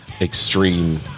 extreme